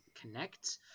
connect